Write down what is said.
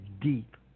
deep